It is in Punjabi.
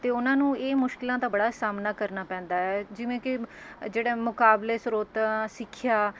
ਅਤੇ ਉਹਨਾਂ ਨੂੰ ਇਹ ਮੁਸ਼ਕਿਲਾਂ ਤਾਂ ਬੜਾ ਸਾਹਮਣਾ ਕਰਨਾ ਪੈਂਦਾ ਹੈ ਜਿਵੇਂ ਕਿ ਜਿਹੜਾ ਮੁਕਾਬਲੇ ਸ੍ਰੋਤਾਂ ਸਿੱਖਿਆ